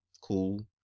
Cool